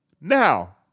Now